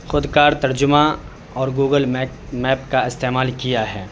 خودکار ترجمہ اور گوگل میپ کا استعمال کیا ہے